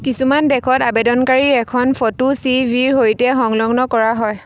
কিছুমান দেশত আবেদনকাৰীৰ এখন ফটো চি ভি ৰ সৈতে সংলগ্ন কৰা হয়